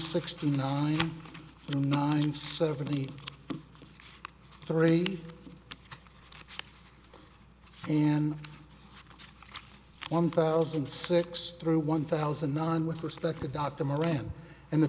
sixty nine nine seventy three and one thousand six through one thousand nine with respect to dr moran and the